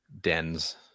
Dens